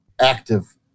active